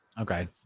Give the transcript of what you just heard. Okay